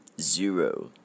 zero